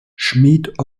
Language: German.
schmid